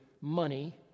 money